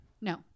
No